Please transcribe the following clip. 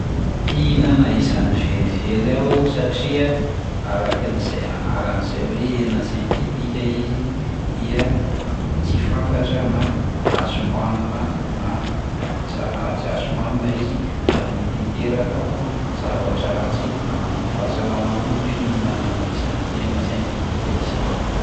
Tsy hihinana izany velively aho satria arakin'izay anarany izay hoe hena sentetika izy dia tsy fantatra na azo hohanina na ts- na tsy azo hohanina izy ary mety hiteraka zavatra ratsy amin'ny fahasalamako ny fihinana izany hena sentetika izany.